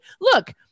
Look